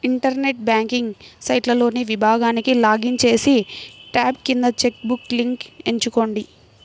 internet banking సైట్లోని విభాగానికి login చేసి, ట్యాబ్ కింద చెక్ బుక్ లింక్ ఎంచుకోండి